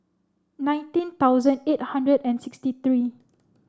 nineteen thousand eight hundred and sixty three